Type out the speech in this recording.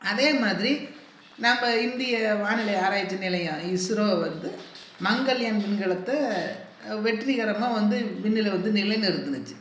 அதேமாதிரி நம்ப இந்திய வானிலை ஆராய்ச்சி நிலையம் இஸ்ரோ வந்து மங்கலியம் விண்கலத்தை வெற்றிகரமாக வந்து விண்ணிலே வந்து நிலை நிறுத்துனுச்சு